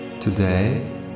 Today